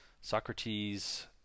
Socrates